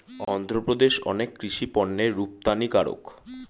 অন্ধ্রপ্রদেশ অনেক কৃষি পণ্যের রপ্তানিকারক